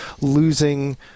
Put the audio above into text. losing